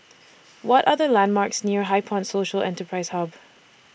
What Are The landmarks near HighPoint Social Enterprise Hub